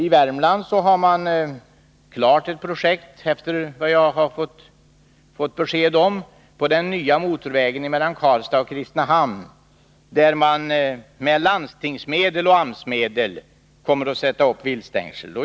I Värmland har man ett projekt klart, efter vad jag har fått besked om, avseende den nya motorvägen mellan Karlstad och Kristinehamn, där man med landstingsmedel och AMS-medel kommer att sätta upp viltstängsel.